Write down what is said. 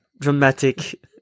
dramatic